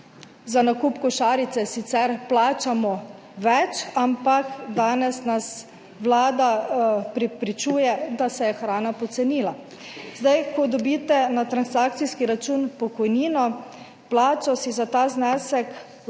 za nakup košarice sicer plačamo več, ampak danes nas Vlada prepričuje, da se je hrana pocenila. Ko dobite na transakcijski račun pokojnino, plačo, si za ta znesek lahko